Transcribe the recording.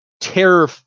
terror